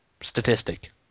statistic